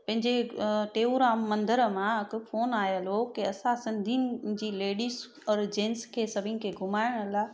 पंहिंजे टेऊराम मंदर मां हिकु फोन आयल हुओ की असां सिंधियुनि जी लेडीस और जैंट्स खे सभिनी खे घुमाइण लाइ